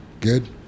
Good